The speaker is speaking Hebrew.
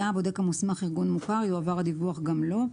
היה הבודק המוסמך ארגון מוכר, יועבר הדיווח גם לו.